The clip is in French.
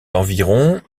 environ